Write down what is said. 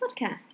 podcast